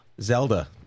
Zelda